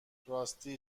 راستی